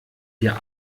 wir